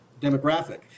demographic